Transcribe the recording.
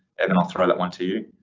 evan i'll throw that one to